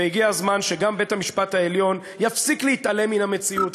והגיע הזמן שגם בית-המשפט העליון יפסיק להתעלם מן המציאות.